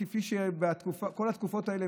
כפי שבכל התקופות האלה,